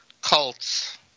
cults